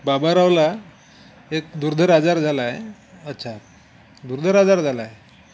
बाबारावला एक दुर्धर आजार झाला आहे अच्छा दुर्धर आजार झाला आहे